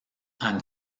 han